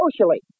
socially